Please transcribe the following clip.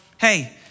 hey